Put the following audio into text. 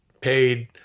paid